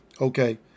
Okay